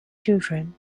children